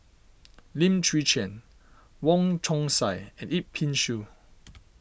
Lim Chwee Chian Wong Chong Sai and Yip Pin Xiu